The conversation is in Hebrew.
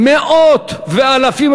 מאות ואלפים,